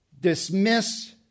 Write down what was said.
dismiss